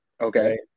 Okay